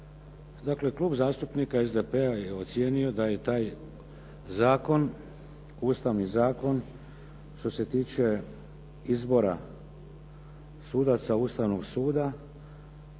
Dakle, Klub zastupnika SDP-a je ocijenio da je taj zakon, Ustavni zakon što se tiče izbora sudaca Ustavnog suda